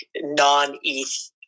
non-ETH